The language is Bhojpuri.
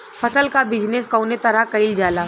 फसल क बिजनेस कउने तरह कईल जाला?